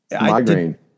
migraine